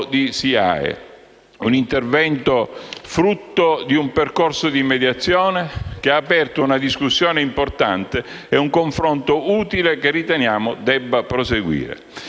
di SIAE: un intervento frutto di un percorso di mediazione, che ha aperto una discussione importante e un confronto utile che riteniamo debba proseguire.